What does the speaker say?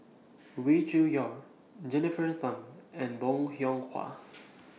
Wee Cho Yaw Jennifer Tham and Bong Hiong Hwa